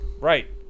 Right